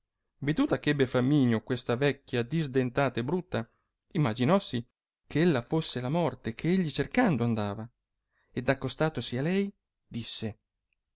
veduta eh ebbe flamminio questa vecchia disdentata e brutta imaginossi che ella fosse la morte che egli cercando andava ed accostatosi a lei disse